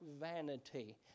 vanity